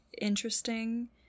interesting